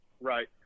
Right